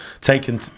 Taken